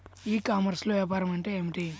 ఈ కామర్స్లో వ్యాపారం అంటే ఏమిటి?